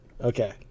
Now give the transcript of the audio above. Okay